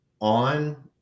on